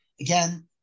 Again